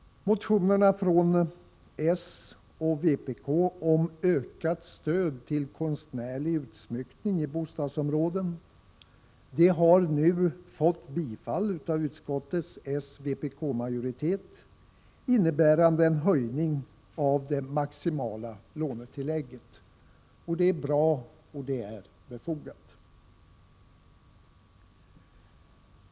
Motionerna från socialdemokraterna och vpk om ökat stöd till konstnärlig utsmyckning i bostadsområden har nu tillstyrkts av utskottets s-vpkmajoritet. Det innebär en höjning av det maximala lånetillägget. Det är bra och det är befogat.